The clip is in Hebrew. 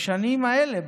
בשנים האלה,